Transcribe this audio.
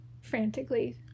frantically